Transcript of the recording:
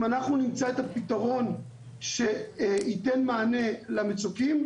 נמצא את הפתרון שייתן מענה למצוקים,